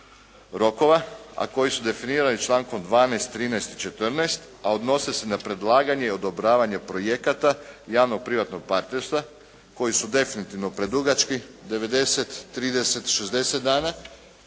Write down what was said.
rokova, a koji su definirani člankom 12., 13. i 14., a odnose se na predlaganje i odobravanje projekata javno-privatnog partnerstva koji su definitivno predugački 90, 30, 60 dana